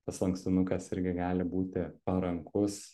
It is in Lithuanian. tas lankstinukas irgi gali būti parankus